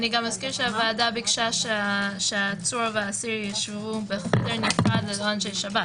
אזכיר שהוועדה ביקשה שהעצור והאסיר יישבו בחדר נפרד ללא אנשי שב"ס.